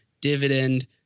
dividend